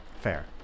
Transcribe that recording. Fair